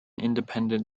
independent